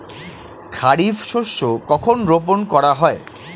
খারিফ শস্য কখন রোপন করা হয়?